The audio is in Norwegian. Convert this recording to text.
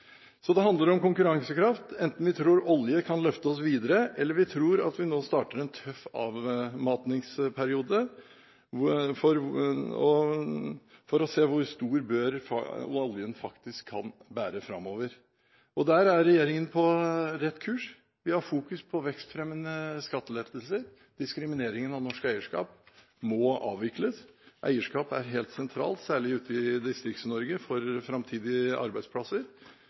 Det handler om konkurransekraft enten vi tror oljen kan løfte oss videre, eller vi tror at vi nå starter en tøff avmatingsperiode for å se hvor stor bør oljen faktisk kan bære framover. Der er regjeringen på rett kurs. Vi fokuserer på vekstfremmende skattelettelser. Diskrimineringen av norsk eierskap må avvikles, for eierskap er helt sentralt – særlig ute i Distrikts-Norge – for framtidige arbeidsplasser.